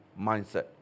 mindset